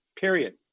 period